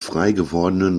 freigewordenen